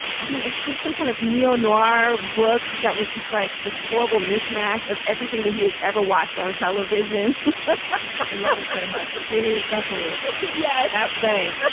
i don't have to put some kind of neo noir book that was just like this horrible mishmash of everything that he has ever watched on television television yeah i love it so much. julius fastforward. yeah, that's vay.